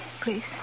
please